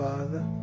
Father